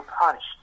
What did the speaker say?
punished